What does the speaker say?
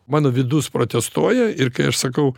mano vidus protestuoja ir kai aš sakau